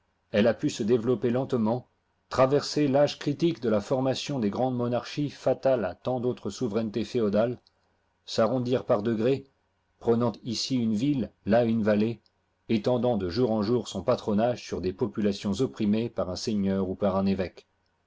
elle a pu se développer lentement traverser l'âge critique de la formation des grandes monarchies digitized by google fatal à tant d'autre souverainetés féodales s'arrondir par degrés prenant ici une ville là une vallée étendant de jour eu jour son patronage sur des populations opprimées par un seigneur ou par un évêque